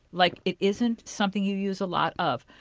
like it isn't something you use a lot of.